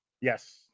Yes